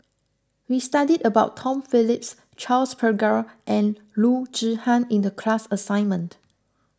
we studied about Tom Phillips Charles Paglar and Loo Zihan in the class assignment